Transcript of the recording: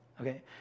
okay